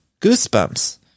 Goosebumps